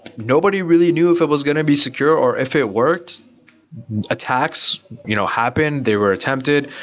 nobody really knew if it was going to be secure or if it worked attacks you know happen. they were attempted.